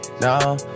no